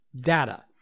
data